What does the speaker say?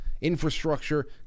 infrastructure